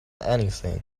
anything